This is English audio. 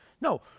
No